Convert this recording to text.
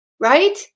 Right